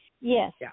Yes